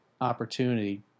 opportunity